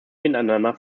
miteinander